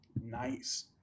Nice